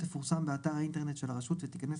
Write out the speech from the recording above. תפורסם באתר האינטרנט של הרשות ותיכנס